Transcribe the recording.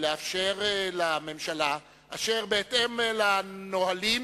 לאפשר לממשלה, אשר בהתאם לנהלים,